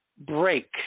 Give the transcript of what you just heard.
break